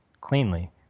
cleanly